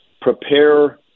prepare